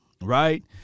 right